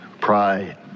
Pride